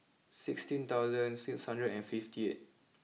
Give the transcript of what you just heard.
sixteen dollar six hundred and fifty eight